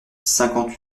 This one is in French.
cinquante